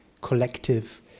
collective